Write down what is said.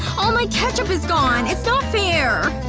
all my ketchup is gone. it's not fair